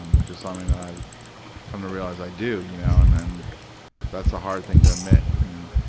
um which is something that i've kind of realized i do. you know and and that's a hard thing to admit, you know